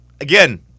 again